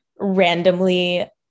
randomly